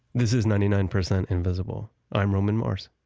this is ninety nine percent invisible, i'm roman mars.